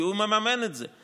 כי הוא מממן את זה,